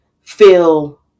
feel